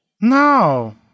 No